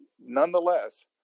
nonetheless